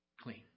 clean